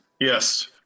Yes